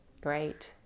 Great